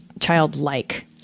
childlike